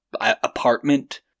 apartment